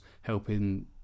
helping